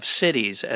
cities